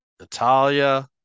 Natalia